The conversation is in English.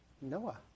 Noah